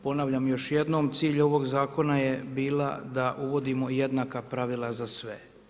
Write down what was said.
Ponavljam još jednom, cilj ovog zakona je bila da uvodimo jednaka pravila za sve.